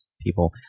people